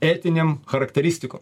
etinėm charakteristiko